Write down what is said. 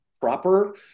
proper